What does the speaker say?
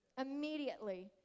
immediately